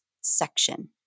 section